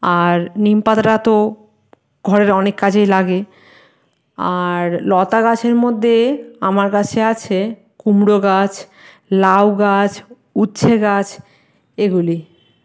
আর নিম পাতাটা তো ঘরের অনেক কাজেই লাগে আর লতা গাছের মধ্যে আমার কাছে আছে কুমড়ো গাছ লাউ গাছ উচ্ছে গাছ এগুলি